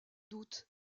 doute